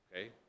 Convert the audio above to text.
okay